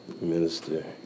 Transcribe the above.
Minister